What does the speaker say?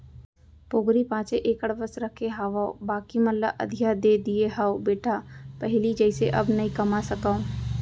पोगरी पॉंचे एकड़ बस रखे हावव बाकी मन ल अधिया दे दिये हँव बेटा पहिली जइसे अब नइ कमा सकव